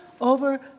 over